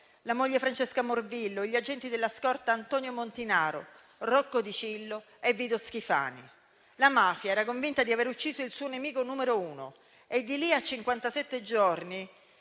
la moglie Francesca Morvillo e gli agenti della scorta Antonio Montinaro, Rocco Dicillo e Vito Schifani. La mafia era convinta di aver ucciso il suo nemico numero uno e di lì a